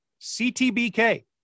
CTBK